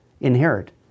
inherit